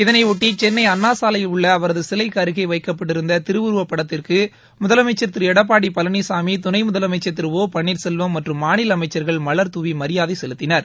இதனையொட்டி சென்னை அணணாசாலையில் உள்ள சிலைக்கு அவரது அருகே வைக்கப்பட்டிருந்த திருவுருவப் படத்திற்கு முதலமைச்ச் திரு எடப்பாடி பழனிசாமி துணை முதலமைச்ச் திரு ஓ பன்னீர்செல்வம் மற்றும் மாநில அமைச்சர்கள் மலர்தூவி மரியாதை செலுத்தினர்